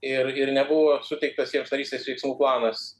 ir ir nebuvo suteiktas jiems narystės veiksmų planas